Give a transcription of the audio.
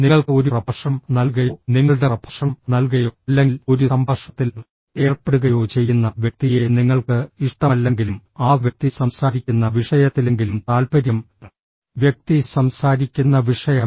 നിങ്ങൾക്ക് ഒരു പ്രഭാഷണം നൽകുകയോ നിങ്ങളുടെ പ്രഭാഷണം നൽകുകയോ അല്ലെങ്കിൽ ഒരു സംഭാഷണത്തിൽ ഏർപ്പെടുകയോ ചെയ്യുന്ന വ്യക്തിയെ നിങ്ങൾക്ക് ഇഷ്ടമല്ലെങ്കിലും ആ വ്യക്തി സംസാരിക്കുന്ന വിഷയത്തിലെങ്കിലും താൽപര്യം വ്യക്തി സംസാരിക്കുന്ന വിഷയം